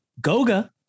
Goga